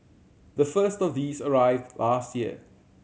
the first of these arrived last year